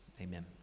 Amen